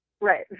Right